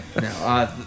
No